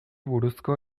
buruzko